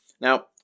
Now